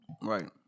Right